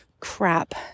crap